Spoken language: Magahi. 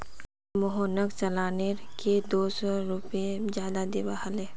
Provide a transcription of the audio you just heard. मोहनक चालानेर के दो सौ रुपए ज्यादा दिबा हले